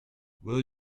will